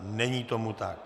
Není tomu tak.